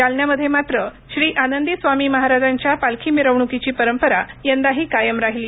जालन्यामध्ये मात्र श्री आनंदी स्वामी महाराजांच्या पालखी मिरवणुकीची परंपरा यंदाही कायम राहिली